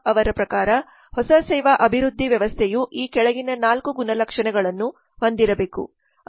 Shostack ಅವರ ಪ್ರಕಾರ ಹೊಸ ಸೇವಾ ಅಭಿವೃದ್ಧಿ ವ್ಯವಸ್ಥೆಯು ಈ ಕೆಳಗಿನ 4 ಗುಣಲಕ್ಷಣಗಳನ್ನು ಹೊಂದಿರಬೇಕು